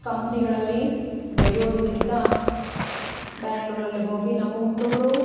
ಕಂಪನಿಗಳಲ್ಲಿ ದುಡಿಯೊದಕ್ಕಿಂತ ಬೆಂಗ್ಳೂರ್ ಅಲ್ಲಿ ಹೋಗಿ ನಮ್ಮ ಹುಟ್ಟೂರು